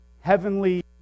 heavenly